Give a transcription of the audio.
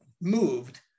moved